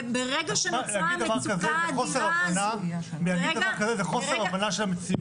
להגיד דבר כזה זה חוסר הבנה של המציאות.